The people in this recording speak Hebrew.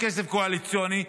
כסף קואליציוני.